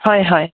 হয় হয়